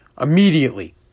immediately